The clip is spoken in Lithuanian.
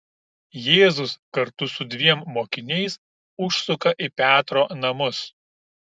jėzus kartu su dviem mokiniais užsuka į petro namus